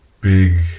big